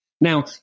Now